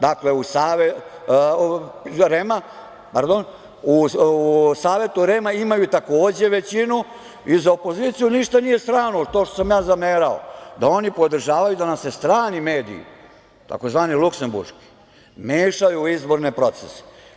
Dakle, u Savetu REM-a imaju takođe većinu i za opoziciju ništa nije strano to što sam zamerao, da oni podržavaju da nam se strani mediji, tzv. luksemburški mešaju u te izbore procese.